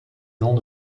long